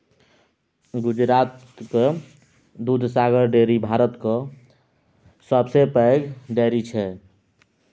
गुजरातक दुधसागर डेयरी भारतक सबसँ पैघ डेयरी छै